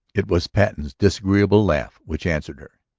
it was patten's disagreeable laugh which answered her.